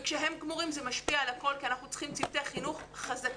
וכשהם גמורים זה משפיע על הכול כי אנחנו צריכים צוותי חינוך חזקים,